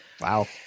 Wow